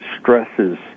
stresses